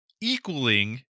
equaling